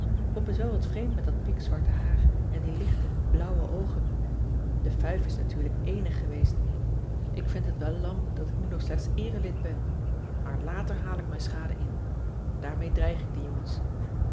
op pop is wel wat vreemd met dat pikzwarte haar en die lichte blauwe oogen de fuif is natuurlijk eenig geweest ik vind het wel lam dat ik nu nog slechts eere lid ben maar later haal ik mijn schade in daarmee dreig ik de jongens